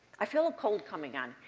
i feel a cold coming on.